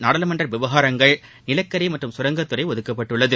நாடாளுமன்ற விவகாரங்கள் நிலக்கரி மற்றும் கரங்கத்துறை ஒதுக்கப்பட்டுள்ளது